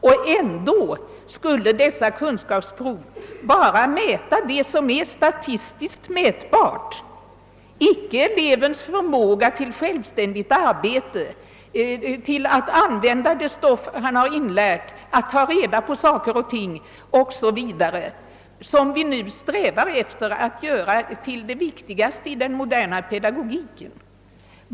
Och ändå skulle dessa kunskapsprov bara mäta det som är statistiskt mätbart — icke elevens förmåga till självständigt arbete, till att använda det stoff han har inlärt, till att ta reda på saker och ting o. s. v., som vi nu strävar efter att göra till det viktigaste i den moderna pedagogiken.